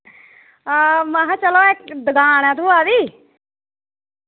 हां महा चलो इक दुकान ऐ थ्होआ दी